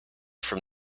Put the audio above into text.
from